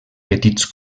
petits